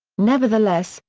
nevertheless,